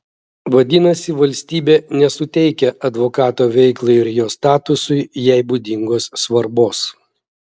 vadinasi valstybė nesuteikia advokato veiklai ir jo statusui jai būdingos svarbos